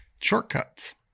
shortcuts